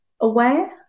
aware